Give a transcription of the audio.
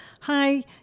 hi